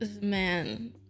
man